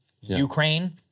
Ukraine